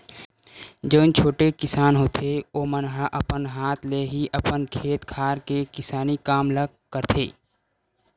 जउन छोटे किसान होथे ओमन ह अपन हाथ ले ही अपन खेत खार के किसानी काम ल करथे